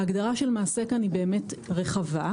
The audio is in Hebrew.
ההגדרה של מעשה היא באמת רחבה,